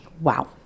Wow